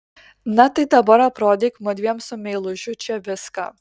na tai dabar aprodyk mudviem su meilužiu čia viską